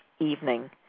evening